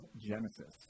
Genesis